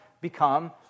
become